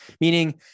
Meaning